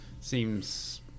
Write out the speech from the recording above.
Seems